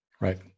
Right